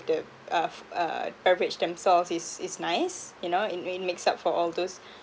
that of uh beverage themselves is is nice you know it it really makes up for all those